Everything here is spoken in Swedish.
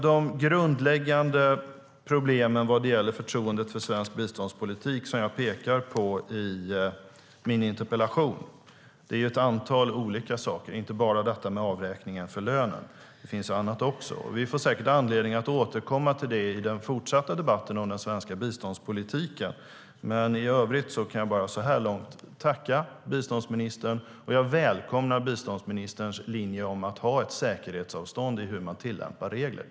De grundläggande problemen beträffande förtroendet för svensk biståndspolitik, som jag pekar på i min interpellation, gäller ett antal olika saker, inte bara avräkningarna för lönerna. Det finns också annat. Vi får säkert anledning att återkomma till det i den fortsatta debatten om den svenska biståndspolitiken. I övrigt vill jag så här långt tacka biståndsministern, och jag välkomnar biståndsministerns linje att ha ett säkerhetsavstånd i hur man tillämpar regler.